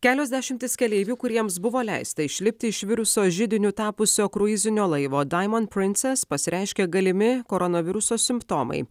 kelios dešimtys keleivių kuriems buvo leista išlipti iš viruso židiniu tapusio kruizinio laivo diamond princess pasireiškė galimi koronaviruso simptomai